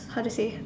how to say